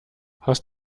hast